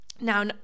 Now